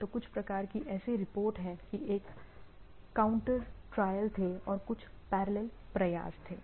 तो कुछ प्रकार की ऐसी रिपोर्टें हैं कि एक काउंटर ट्रायल थे और कुछ पैरेलल प्रयास थे